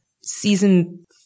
Season